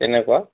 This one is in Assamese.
তেনেকুৱা